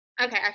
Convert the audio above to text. okay